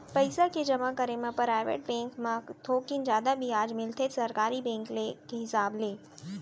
पइसा के जमा करे म पराइवेट बेंक म थोकिन जादा बियाज मिलथे सरकारी बेंक के हिसाब ले